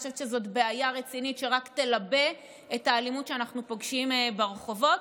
אני חושבת שזאת בעיה רצינית שרק תלבה את האלימות שאנחנו פוגשים ברחובות.